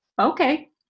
okay